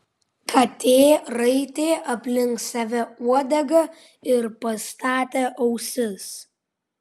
katė raitė aplink save uodegą ir pastatė ausis